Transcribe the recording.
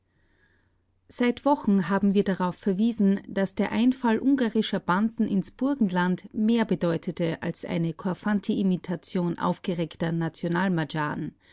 seit wochen haben wir darauf verwiesen daß der einfall ungarischer banden ins burgenland mehr bedeutete als eine korfanty-imitation aufgeregter